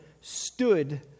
stood